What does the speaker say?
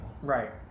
Right